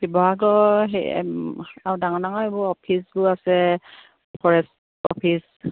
শিৱসাগৰ সেই আৰু ডাঙৰ ডাঙৰ এইবোৰ অফিচবোৰ আছে ফৰেষ্ট অফিচ